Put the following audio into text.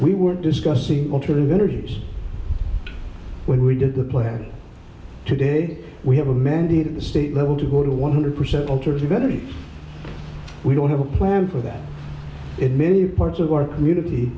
we were discussing alternative energies when we did the plan today we have a mandate at the state level to go to one hundred percent alternative energy we don't have a play with that in many parts of our community